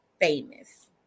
famous